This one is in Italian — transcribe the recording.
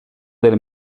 del